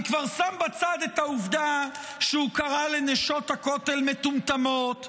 אני כבר שם בצד את העובדה שהוא קרא לנשות הכותל מטומטמות,